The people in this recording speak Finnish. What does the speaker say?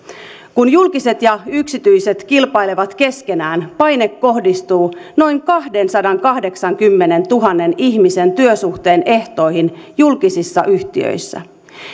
kun julkiset ja yksityiset kilpailevat keskenään paine kohdistuu noin kahdensadankahdeksankymmenentuhannen ihmisen työsuhteen ehtoihin julkisissa yhtiöissä